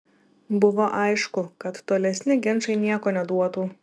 buvo aišku kad tolesni ginčai nieko neduotų